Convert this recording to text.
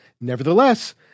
Nevertheless